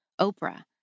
Oprah